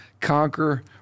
Conquer